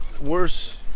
worse